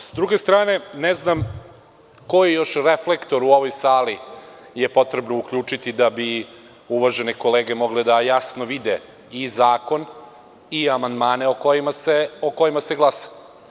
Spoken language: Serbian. S druge strane, ne znam ko je još reflektor u ovoj sali, je potrebno uključiti da bi uvažene kolege mogle da jasno vide i zakon i amandmane o kojima se glasa.